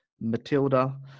matilda